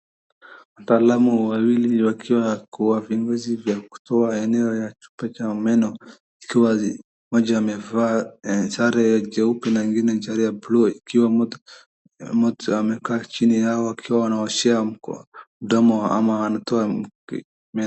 Wataalamu wawili wakiwa kwa vinuzi vya kutoa eneo la chumba cha meno, ikiwa mmoja amevaa sare nyeupe na mwingine sare ya buluu ikiwa mtu amekaa chini yao akiwa anaoshewa mdomo ama anatoa meno.